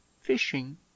fishing